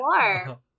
more